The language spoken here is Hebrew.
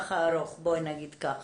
בואי נגיד שזה